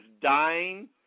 dying